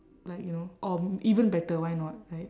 like you know or even better why not like